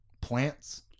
plants